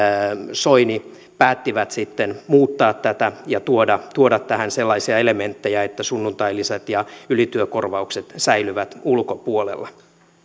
soini päättivät muuttaa tätä ja tuoda tuoda tähän sellaisia elementtejä että sunnuntailisät ja ylityökorvaukset säilyvät ulkopuolella